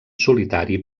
solitari